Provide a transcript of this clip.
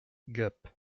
gap